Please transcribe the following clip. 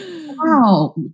Wow